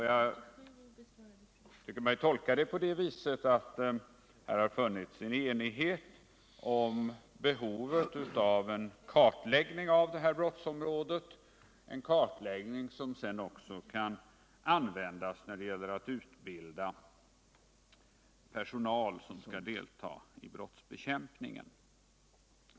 Jag vill tolka debatten på det viset att det här har funnits en enighet om behovet av en kartläggning av detta brottsområde, en kartläggning som sedan också kan användas när det gäller att utbilda personal som skall delta i brottsbekämpningen.